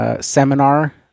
Seminar